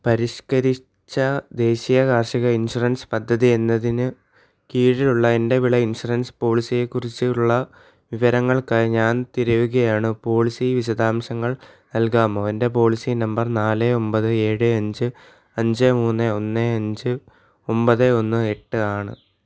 പരിഷ്കരിച്ച ദേശീയ കാർഷിക ഇൻഷുറൻസ് പദ്ധതി എന്നതിന് കീഴിലുള്ള എന്റെ വിള ഇൻഷുറൻസ് പോളിസിയെക്കുറിച്ചുള്ള വിവരങ്ങൾക്കായി ഞാൻ തിരയുകയാണ് പോളിസി വിശദാംശങ്ങൾ നൽകാമോ എന്റെ പോളിസീ നമ്പർ നാല് ഒമ്പത് ഏഴ് അഞ്ച് അഞ്ച് മൂന്ന് ഒന്ന് അഞ്ച് ഒമ്പത് ഒന്ന് എട്ട് ആണ്